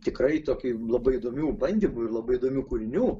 tikrai tokių blogų įdomių bandymų ir labai įdomių kūrinių